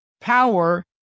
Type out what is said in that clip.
power